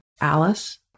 Alice